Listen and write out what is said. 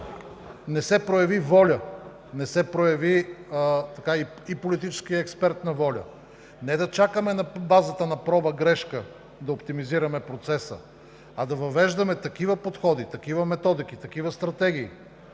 иначе казано, ако не се прояви и политическа, и експертна воля, не да чакаме на базата на проба-грешка да оптимизираме процеса, а да въвеждаме такива подходи, такива методики, такива стратегии,